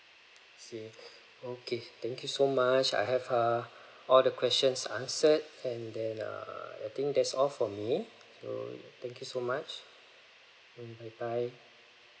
I see okay thank you so much I have err all the questions answered and then err I think that's all for me so thank you so much and bye bye